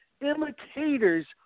Imitators